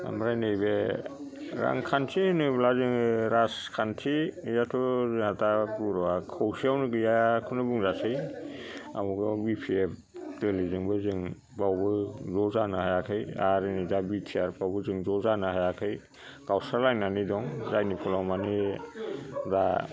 ओमफ्राय नैबे रांखान्थि होनोब्ला जोङो राजखान्थियाथ' जाहा दा बर'आ खौसेयावनो गैयाखौनो बुंजासै आवगायाव बि पि एफ दोलोजोंबो जों बावबो ज' जानो हायाखै आरो दा बि टि आर फ्रावबो जों ज' जानो हायाखै गावस्रालायनानै दं जायनि फलआव मानि दा